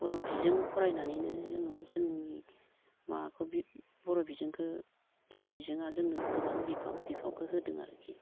बर' बिजों फरायनानैनो जोङो जोंनि माबाखौ बर' बिजोंखौ बर' बिजोंआ जोंनो गोबां बिफावखौ होदों आरोखि